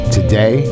Today